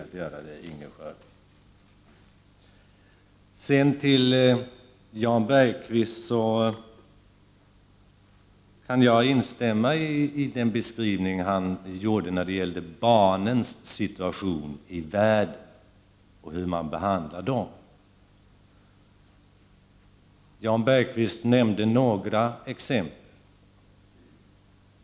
Jag kan instämma i Jan Bergqvists beskrivning av barnens situation i vissa delar av världen och hur de behandlas. Jan Bergqvist gav några exempel.